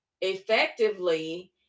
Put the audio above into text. effectively